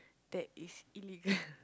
that is illegal